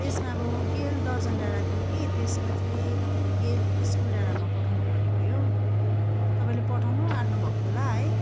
त्यसमा अब गेल दर्जन डाँडा थियो कि त्यसमा चाहिँ तपाईँले गेल स्कुल डाँडामा पठाउनु पर्ने भयो तपाईँले पठाउनु आँट्नु भएको थियो होला है